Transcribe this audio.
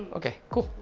okay, cool.